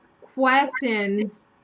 questions